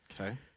Okay